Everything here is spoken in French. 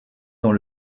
dans